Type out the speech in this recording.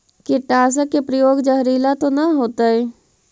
कीटनाशक के प्रयोग, जहरीला तो न होतैय?